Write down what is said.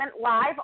live